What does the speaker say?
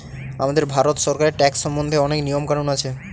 আমাদের ভারত সরকারের ট্যাক্স সম্বন্ধে অনেক নিয়ম কানুন আছে